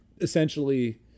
essentially